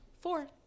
Four